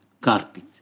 carpet